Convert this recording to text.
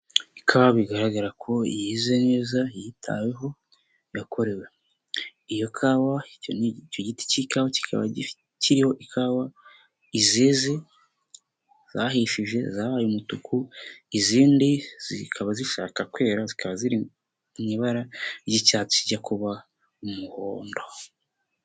Ikawa bigaragara ko yeze neza, yitaweho, yakorewe. Iyo kawa icyo giti k'ikawa kikaba kiriho ikawa, izeze, zahishije zabaye umutuku. Izindi zikaba zishaka kwera zikaba ziri mu ibara ry'icyatsi kijya kuba umuhondo.